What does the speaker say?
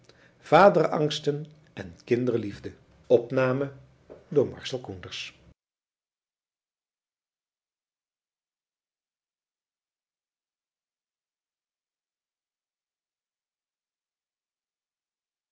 vaderangsten en kinderliefde